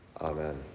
Amen